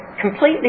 completely